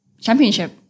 championship